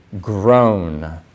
grown